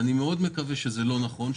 אני מקווה מאוד שזה לא נכון,